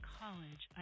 college